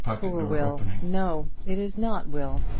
poor will! no it is not will.